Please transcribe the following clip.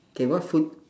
okay what food